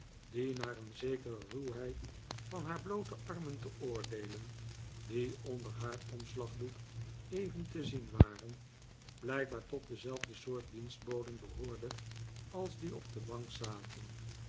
die naar een zekere ruwheid van haar bloote armen te oordeelen die onder haar omslagdoek even t e zien waren blijkbaar tot dezelfde soort dienstboden behoorde als die op de bank zaten